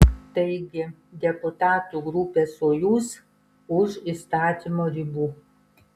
taigi deputatų grupė sojuz už įstatymo ribų